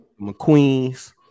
McQueens